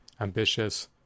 ambitious